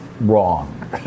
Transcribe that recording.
wrong